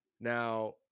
Now